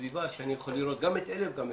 בסביבה שאני יכול לראות גם את אלה וגם אלה.